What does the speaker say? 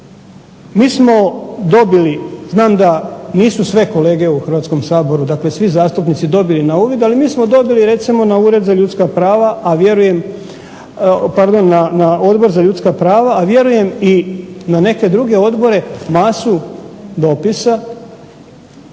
Mi smo dobili, znam da nisu sve kolege u Hrvatskom saboru, dakle svi zastupnici dobili na uvid, ali mi smo dobili recimo na Ured za ljudska prava, a vjerujem, pardon na Odbor za ljudska